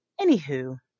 Anywho